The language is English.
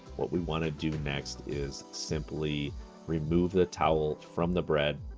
what we wanna do next is simply remove the towel from the bread,